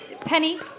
Penny